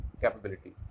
capability